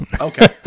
okay